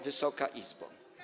Wysoka Izbo!